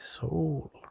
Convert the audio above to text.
soul